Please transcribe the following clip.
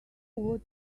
what